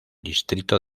distrito